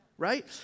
Right